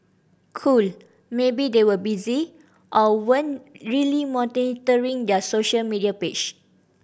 cool maybe they were busy or weren't really monitoring their social media page